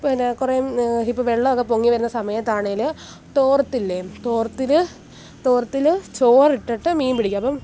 പിന്നെ കുറേ ഇപ്പോൾ വെള്ളമൊക്കെ പൊങ്ങിവരുന്ന സമയത്താണെങ്കിൽ തോർത്തില്ലേ തോർത്തിൽ തോർത്തിൽ ചോറിട്ടിട്ട് മീൻപിടിക്കും അപ്പം